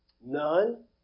None